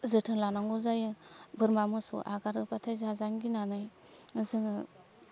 जोथोन लानांगौ जायो बोरमा मोसौ हगारोबाथाय जाजानो गिनानै जोङो